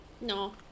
No